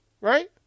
right